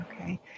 Okay